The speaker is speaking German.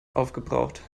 aufgebraucht